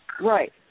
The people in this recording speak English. Right